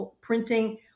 printing